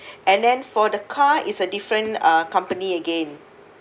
and then for the car it's a different uh company again